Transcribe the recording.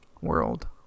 world